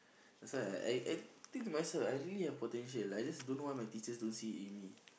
that's why I I think to myself I really have potential like I just don't know why my teachers don't see it in me